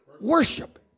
worship